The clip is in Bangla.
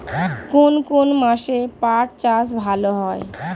কোন কোন মাসে পাট চাষ ভালো হয়?